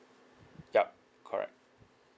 yup correct